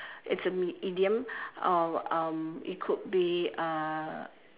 it's a me~ idiom uh um it could be uh